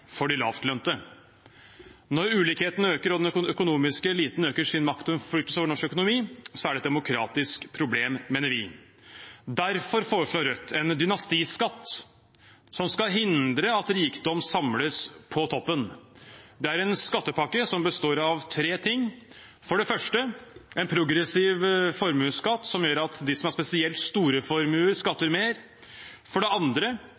for de lavtlønte. Når ulikhetene øker og den økonomiske eliten øker sin makt og innflytelse over norsk økonomi, er det et demokratisk problem, mener vi. Derfor foreslår Rødt en dynastiskatt, som skal hindre at rikdom samles på toppen. Det er en skattepakke som består av tre ting: for det første en progressiv formuesskatt som gjør at de som har spesielt store formuer, skatter mer, for det andre